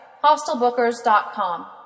Hostelbookers.com